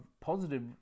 positive